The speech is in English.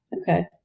Okay